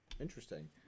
Interesting